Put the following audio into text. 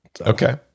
okay